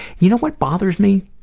you know what bothers me?